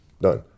done